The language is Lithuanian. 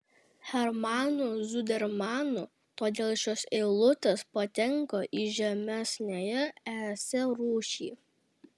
hermanu zudermanu todėl šios eilutės patenka į žemesniąją esė rūšį